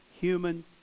human